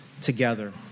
Together